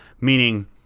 meaning